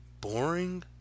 boring